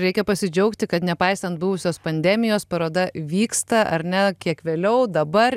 reikia pasidžiaugti kad nepaisant buvusios pandemijos paroda vyksta ar ne kiek vėliau dabar